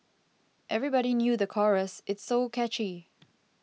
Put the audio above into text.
everybody knew the chorus it's so catchy